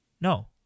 No